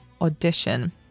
audition